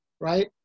right